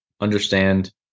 understand